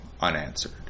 unanswered